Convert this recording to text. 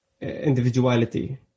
individuality